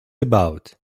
about